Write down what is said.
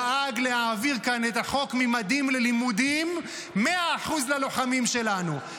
דאג להעביר כאן את החוק "ממדים ללימודים" 100% ללוחמים שלנו.